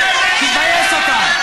תתבייש אתה.